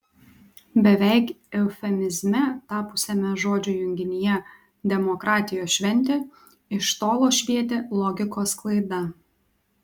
beveik eufemizme tapusiame žodžių junginyje demokratijos šventė iš tolo švietė logikos klaida